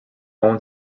own